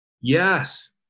Yes